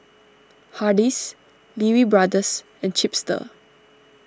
Hardy's Lee Wee Brothers and Chipster